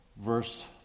verse